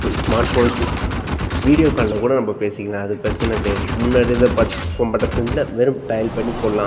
புது smart phones video காலில் கூட நம்ம பேசிக்கலாம் அது பிரச்சின கிடையாது முன்னாடி இருந்த பட் ஃபோ பட்டன் செல்லில் வெறும் டயல் பண்ணி போடலாம்